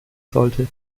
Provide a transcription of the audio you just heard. sollte